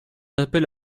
appelle